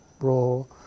role